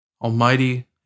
Almighty